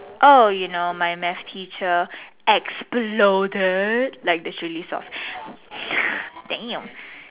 oh you know my math teacher exploded like the chili sauce damn